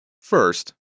First